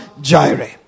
Jireh